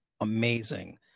amazing